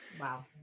Wow